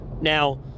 Now